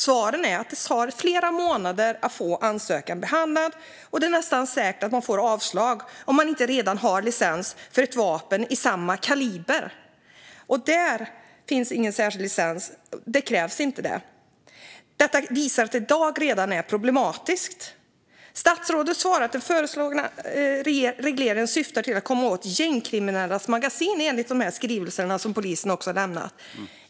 Svaren är att det tar flera månader att få ansökan behandlad och att man nästan säkert får avslag om man inte redan har licens för ett vapen i samma kaliber. Där krävs ingen särskild licens. Detta visar att det redan i dag är problematiskt. Statsrådet säger att den föreslagna regleringen syftar till att komma åt gängkriminellas magasin, i enlighet med de skrivelser som polisen har lämnat.